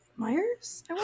Myers